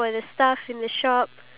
afford it